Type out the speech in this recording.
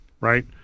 right